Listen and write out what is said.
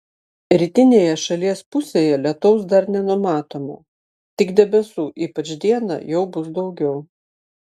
rytinėje šalies pusėje lietaus dar nenumatoma tik debesų ypač dieną jau bus daugiau